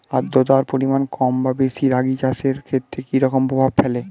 আদ্রতার পরিমাণ কম বা বেশি রাগী চাষের ক্ষেত্রে কি রকম প্রভাব ফেলে?